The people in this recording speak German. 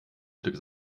stück